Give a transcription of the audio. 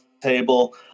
table